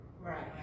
Right